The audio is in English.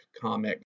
comic